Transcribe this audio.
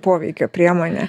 poveikio priemonė